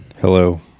hello